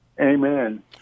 Amen